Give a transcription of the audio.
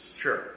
Sure